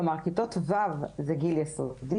כלומר, כיתות ו', זה גיל יסודי.